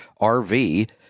RV